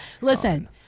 Listen